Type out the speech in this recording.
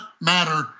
matter